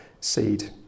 seed